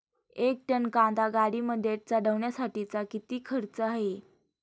एक टन कांदा गाडीमध्ये चढवण्यासाठीचा किती खर्च आहे?